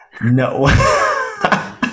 No